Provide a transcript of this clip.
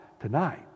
tonight